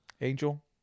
Angel